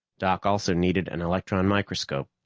doc also needed an electron microscope.